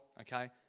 okay